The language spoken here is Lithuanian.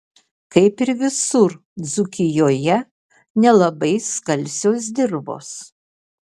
kaip ir visur dzūkijoje nelabai skalsios dirvos